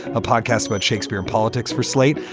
a podcast about shakespeare in politics for slate,